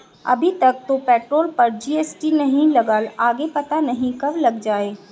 अभी तक तो पेट्रोल पर जी.एस.टी नहीं लगा, आगे पता नहीं कब लग जाएं